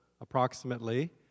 approximately